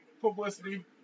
publicity